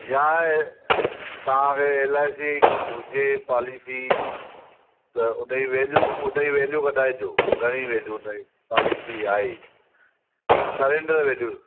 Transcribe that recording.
या इहे तव्हांखे एल आई सी हुजे पॉलिसी त उनजी वैल्यू उनजी वैल्यू कढाए अचो घणी वैल्यू उनजी पॉलिसी आहे सरैंडर वैल्यू